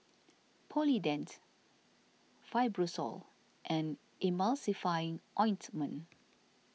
Polident Fibrosol and Emulsying Ointment